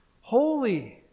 holy